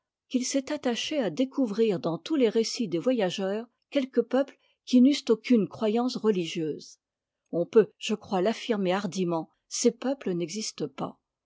qu'il s'est attaché à découvrir dans tous les récits des voyageurs quelques peuples qui n'eussent aucune croyance religieuse on peut je crois l'affirmer hardiment ces peuples n'existent pas